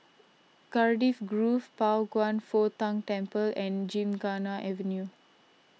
Cardiff Grove Pao Kwan Foh Tang Temple and Gymkhana Avenue